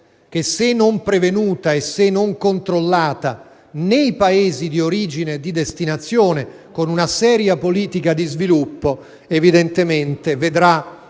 che, se non prevenuta e se non controllata nei Paesi di origine e di destinazione con una seria politica di sviluppo, vedrà